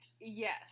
Yes